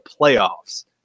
playoffs